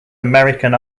american